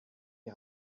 die